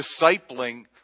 discipling